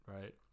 right